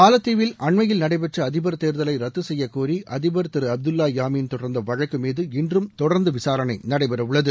மாலத்தீவில் அண்மையில் நடைபெற்ற அதிபர் தேர்தலை ரத்து செய்யக்கோரி அதிபர் திரு அப்துல்லா யாமீன் தொடர்ந்த வழக்கு மீது இன்றும் தொடர்ந்து விசாரணை நடடபெறவுள்ளது